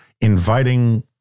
inviting